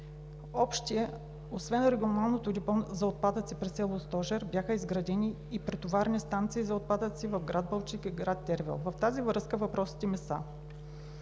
села. Освен регионалното депо за отпадъци при село Стожер бяха изградени и претоварни станции за отпадъци в Балчик и Тервел. В тази връзка въпросите ми са: